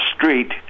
Street